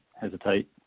hesitate